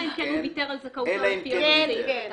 אם כן הוא ויתר על זכאותו לפי סעיף קטן זה.